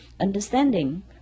understanding